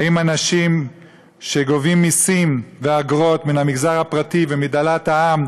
האם אנשים שגובים מסים ואגרות מן המגזר הפרטי ומדלת העם,